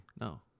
No